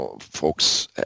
Folks